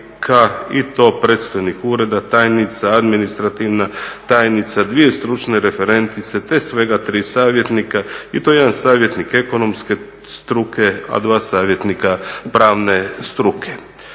i to predstojnik ureda, tajnica, administrativna tajnica, dvije stručne referentice te svega tri savjetnika i to jedan savjetnik ekonomske struke, a dva savjetnika pravne struke.